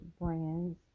brands